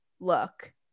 look